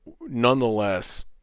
nonetheless